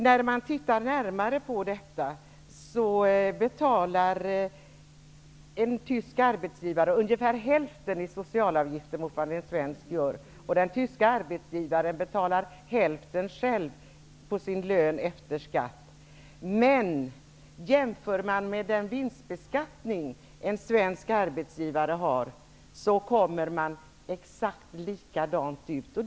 När man tittar närmare på detta betalar en tysk arbetsgivare ungefär hälften i socialavgifter jämfört med en svensk arbetsgivare, och den tyska arbetsgivaren betalar hälften själv på sin lön efter skatt. Men om man jämför med den vinstbeskattning som en svensk arbetsgivare har, är den densamma som den tyska.